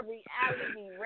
Reality